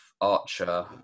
Archer